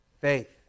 faith